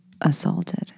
assaulted